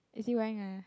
is he wearing a